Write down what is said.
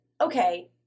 Okay